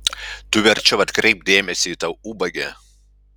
tu verčiau atkreipk dėmesį į tą ubagę